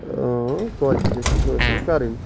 qualification خٲصِل کَرٕںۍ